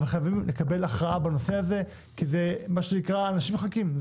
אבל חייבים לקבל הכרעה בנושא הזה כי אנשים מחכים.